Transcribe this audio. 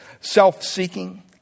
self-seeking